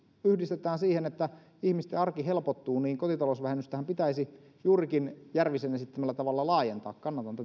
yhdistetään siihen että ihmisten arki helpottuu niin kotita lousvähennystähän pitäisi juurikin järvisen esittämällä tavalla laajentaa